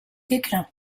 déclin